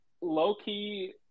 low-key